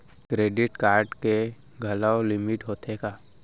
Credit card के घलव limit होथे का?